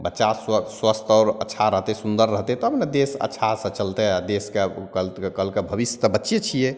बच्चा स्व स्वस्थ आओर अच्छा रहतै सुन्दर रहतै तब ने देश अच्छासे चलतै आओर देशके कल कलके भविष्य तऽ बच्चे छिए